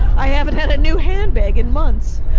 i haven't had a new handbag in months.